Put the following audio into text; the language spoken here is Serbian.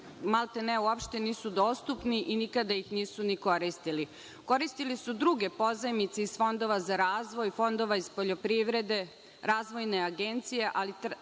maltene uopšte nisu dostupni i nikada ih nisu ni koristili. Koristili su druge pozajmice iz fondova za razvoj, fondova iz poljoprivrede, Razvojne agencije, ali